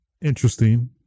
interesting